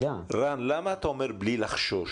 רן, למה אתה אומר בלי לחשוש?